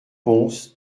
pons